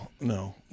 no